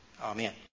Amen